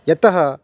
यतः